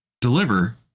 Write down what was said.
deliver